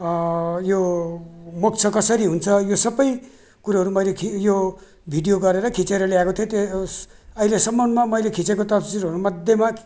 यो मोक्ष कसरी हुन्छ यो सबै कुरोहरू मैले खि यो भिडियो गरेर खिचेर ल्याएको थिएँ त्यो उस अहिलेसम्ममा मैले खिचेको तस्बिरहरूमध्येमा